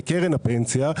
בקרן הפנסיה,